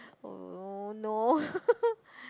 oh no